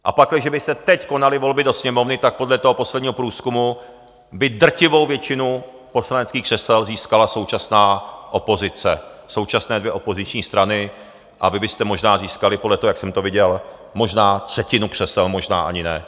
A pakliže by se teď konaly volby do Sněmovny, tak podle toho posledního průzkumu by drtivou většinu poslaneckých křesel získala současná opozice, současné dvě opoziční strany, a vy byste možná získali, podle toho, jak jsem to viděl, možná třetinu křesel, možná ani ne.